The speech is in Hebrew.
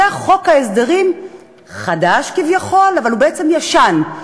זה חוק הסדרים חדש כביכול, אבל הוא בעצם ישן.